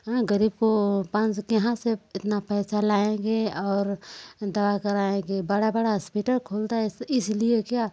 गरीब को पाँच सौ कहाँ से इतना पैसा लाएँगे और दवा कराएँगे बड़ा बड़ा हॉस्पिटल खुलता है इसलिए क्या